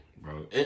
bro